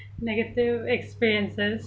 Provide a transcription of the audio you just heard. negative experiences